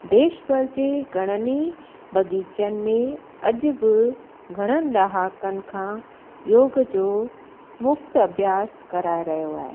देश भर जे घणनि ई बगीचनि में अॼु बि घणनि ॾहाकनि खां योग जो मुफ़्ति अभ्यासु कराए रहियो आहे